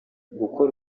gukora